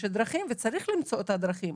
יש דרכים, וצריך למצוא את הדרכים.